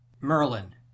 Merlin